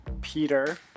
peter